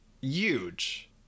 huge